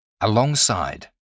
alongside